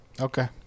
Okay